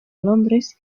londres